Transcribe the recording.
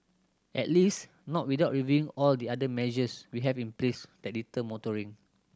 at least not without reviewing all the other measures we have in place that deter motoring